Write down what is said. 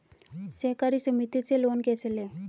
सहकारी समिति से लोन कैसे लें?